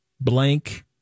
blank